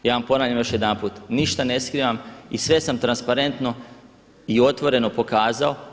Ja vam ponavljam još jedanput, ništa ne skrivam i sve sam transparentno i otvoreno pokazao.